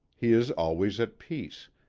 he is always at peace,